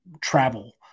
travel